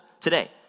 today